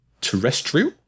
terrestrial